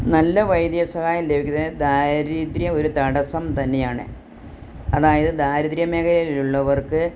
നല്ല വൈദ്യസഹായം ലഭിക്കുന്നതിന് ദാരിദ്ര്യം ഒരു തടസ്സം തന്നെയാണ് അതായത് ദരിദ്രമേഖലയിലുള്ളവർക്ക്